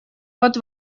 вот